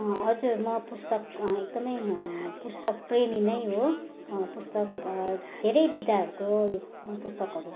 हजुर म पुस्तक एकदमै पुस्तक प्रेमी नै हो पुस्तक धेरै बिदाहरूको पुस्तकहरू